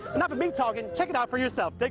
enough of me talking. check it out for yourself. take